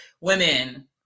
Women